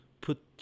put